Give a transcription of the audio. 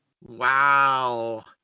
wow